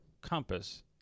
compass